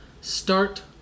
start